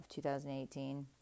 2018